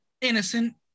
innocent